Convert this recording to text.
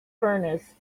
furnace